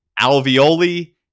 alveoli